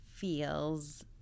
feels